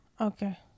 okay